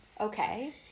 okay